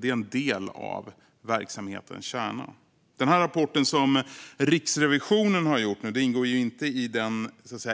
De är en del av verksamhetens kärna. Den här rapporten som Riksrevisionen har gjort ingår ju inte i den